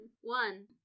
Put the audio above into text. One